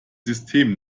system